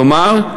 כלומר,